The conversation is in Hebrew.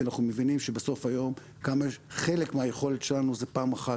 כי אנחנו מבינים שבסוף היום חלק מהיכולת שלנו זה פעם אחת,